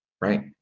right